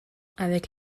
avec